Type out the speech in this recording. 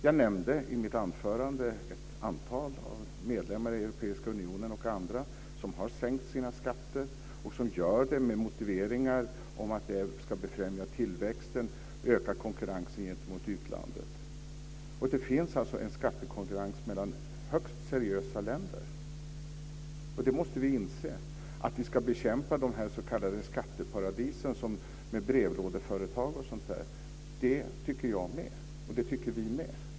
Jag nämnde i mitt anförande ett antal medlemmar i Europeiska unionen och andra som har sänkt sina skatter. De har gjort detta med motiveringar om att vi ska befrämja tillväxten och öka konkurrensen gentemot utlandet. Det finns alltså en skattekonkurrens mellan högst seriösa länder. Det måste vi inse. Att vi ska bekämpa de här s.k. skatteparadisen med brevlådeföretag och sådant tycker jag med. Det tycker vi med.